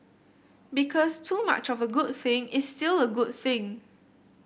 because too much of a good thing is still a good thing